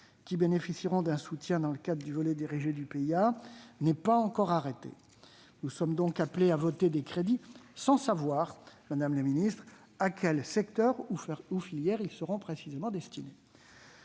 qui bénéficieront d'un soutien dans le cadre du volet dirigé du PIA n'est pas encore arrêtée. Nous sommes donc appelés à voter des crédits sans savoir à quels secteurs ou filières ils seront destinés.